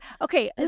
okay